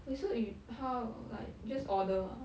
wait so you how like just order ah